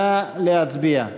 נא להצביע.